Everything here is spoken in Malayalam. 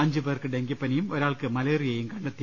അഞ്ചുപേർക്ക് ഡെങ്കിപ്പനിയും ഒരാൾക്ക് മലേറി യയും കണ്ടെത്തി